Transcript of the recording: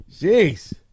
Jeez